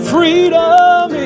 Freedom